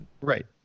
right